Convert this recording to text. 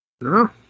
No